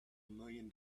million